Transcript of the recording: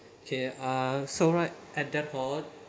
okay uh so right at depot